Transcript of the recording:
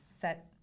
set